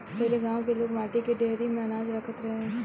पहिले गांव के लोग माटी के डेहरी में अनाज रखत रहे